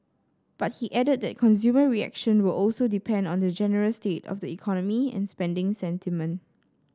but he added that consumer reaction will also depend on the general state of the economy and spending sentiment